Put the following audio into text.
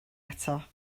eto